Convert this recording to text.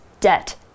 Debt